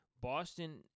Boston